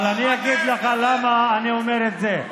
אני אגיד לך למה אני אומר את זה.